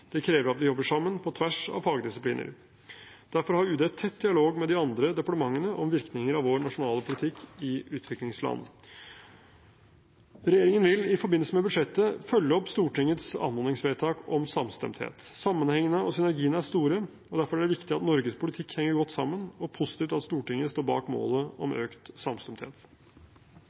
Det krever at vi jobber sammen, på tvers av fagdisipliner. Derfor har UD tett dialog med de andre departementene om virkninger av vår nasjonale politikk i utviklingsland. Regjeringen vil i forbindelse med budsjettet følge opp Stortingets anmodningsvedtak om samstemthet. Sammenhengene og synergiene er store. Derfor er det viktig at Norges politikk henger godt sammen – og positivt at Stortinget står bak målet om økt